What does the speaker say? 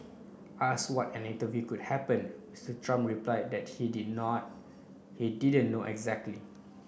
asked what an interview could happen Mister Trump replied that he didn't now he didn't know exactly